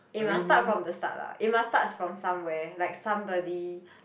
it must start from the start lah it must start from somewhere like somebody